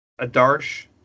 Adarsh